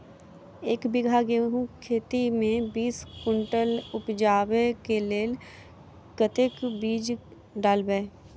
एक बीघा गेंहूँ खेती मे बीस कुनटल उपजाबै केँ लेल कतेक बीज डालबै?